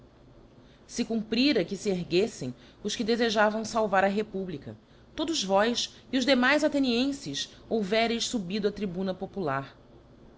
sc cumprira que fe ergueflem os que defejavam falvar a republica todos vós e os demais athenienfes houvéreis fubido á tribuna popular